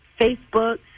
Facebook